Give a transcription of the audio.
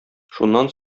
шуннан